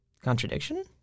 Contradiction